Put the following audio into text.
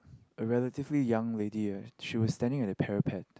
a relatively young lady eh she was standing at the parapet